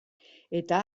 eta